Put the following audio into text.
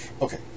okay